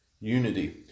unity